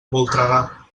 voltregà